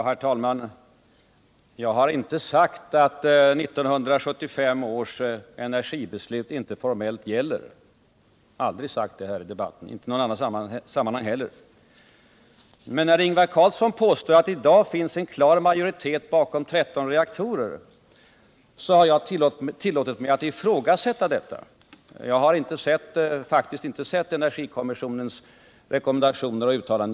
Herr talman! Jag har aldrig här i debatten och inte i något annat sammanhang heller sagt att 1975 års energibeslut inte formellt gäller. Men när Ingvar Carlsson påstår att det i dag finns en klar majoritet bakom 13 reaktorer har jag tillåtit mig att ifrågasätta detta. Jag har faktiskt inte sett energikommissionens uttalanden och rekommendationer.